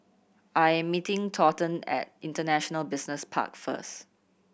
I am meeting Thornton at International Business Park first